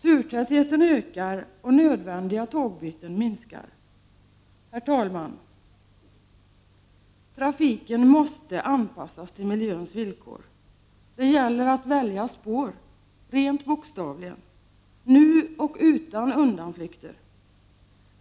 turtätheten ökar och nödvändiga tågbyten minskar. Herr talman! Trafiken måste anpassas till miljöns villkor. Det gäller att välja spår rent bokstavligt, nu och utan undanflykter.